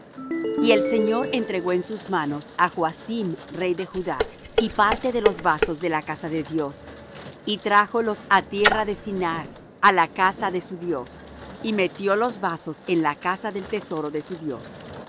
y el señor entregó en sus manos á joacim rey de judá y parte de los vasos de la casa de dios y trájolos á tierra de sinar á la casa de su dios y metió los vasos en la casa del tesoro de su dios